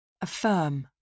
Affirm